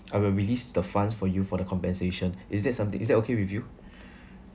I will release the funds for you for the compensation is that something is that okay with you